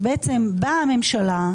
שבאה הממשלה,